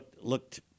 looked